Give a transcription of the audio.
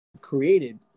created